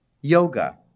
yoga